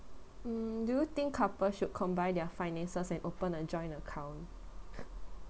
mm do you think couples should combine their finances and open a joint account